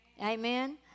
Amen